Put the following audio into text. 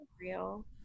real